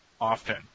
often